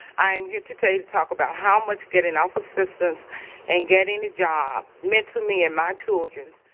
i am here today to talk about how much getting off assistance and getting a job meant to me and my childrens.